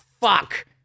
fuck